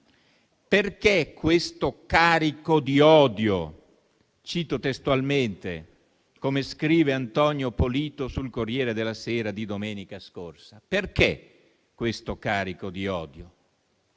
Perché questo carico di odio? Cito testualmente, come scrive Antonio Polito sul Corriere della sera di domenica scorsa, perché questo carico di odio?